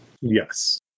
Yes